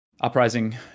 uprising